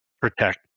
protect